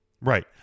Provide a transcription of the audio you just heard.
Right